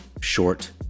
short